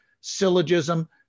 syllogism